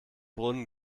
brunnen